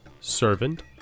servant